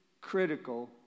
critical